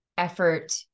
effort